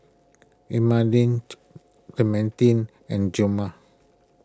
Clementine and Gilmer